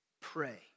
pray